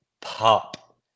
pop